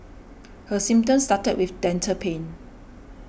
her symptoms started with dental pain